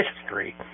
history